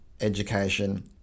education